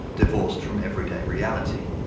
divorced from everyday reality.